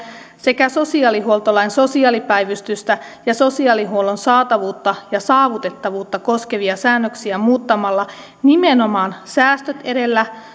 sekä sosiaalihuoltolain sosiaalipäivystystä ja sosiaalihuollon saatavuutta ja saavutettavuutta koskevia säännöksiä muuttamalla nimenomaan säästöt edellä